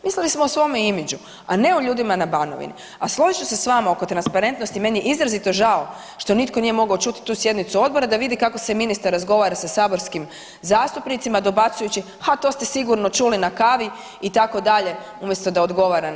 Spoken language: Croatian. Mislili smo o svome imidžu, a ne o ljudima na Banovini, a složit ću se s vama oko transparentnosti, meni je izrazito žao što nitko nije mogao čuti tu sjednicu odbora da vidi kako se ministar razgovara sa saborskim zastupnicima dobacujući, ha to ste sigurno čuli na kavi, itd., umjesto da odgovara na pitanja.